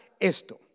esto